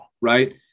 right